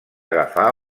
agafar